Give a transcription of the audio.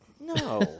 No